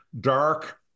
dark